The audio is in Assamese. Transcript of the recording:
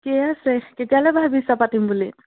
ঠিকে আছে কেতিয়ালৈ ভাবিছা পাতিম বুলি